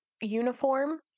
uniform